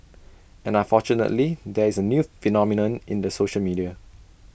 and unfortunately there is A new phenomenon in the social media